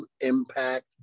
Impact